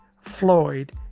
Floyd